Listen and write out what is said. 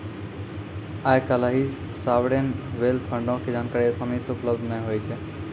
आइ काल्हि sovereign wealth फंडो के जानकारी असानी से उपलब्ध नै होय छै